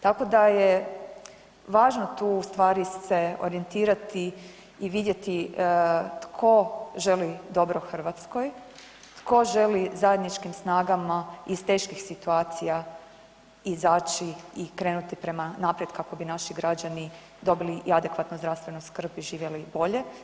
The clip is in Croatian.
Tako da je važno tu ustvari se orijentirati i vidjeti tko želi dobro Hrvatskoj, tko želi zajedničkim snagama iz teških situacija izaći i krenuti prema naprijed kako bi naši građani dobili i adekvatnu zdravstvenu skrb i živjeli bolje.